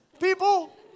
people